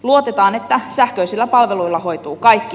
luotetaan että sähköisillä palveluilla hoituu kaikki